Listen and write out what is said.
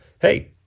Hey